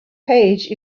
page